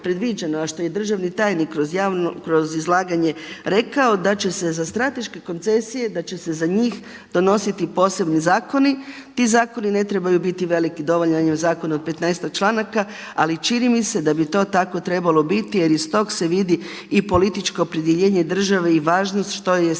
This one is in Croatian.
a što je državni tajnik kroz izlaganje rekao da će se za strateške koncesije, da će se za njih donositi posebni zakoni. Ti zakoni ne trebaju biti veliki. Dovoljan je zakon od petnaestak članaka, ali čini mi se da bi to tako trebalo biti jer iz tog se vidi i političko opredjeljenje države i važnost što je strateški